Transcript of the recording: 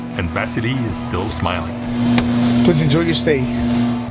and pasady is still smiling please enjoy your stay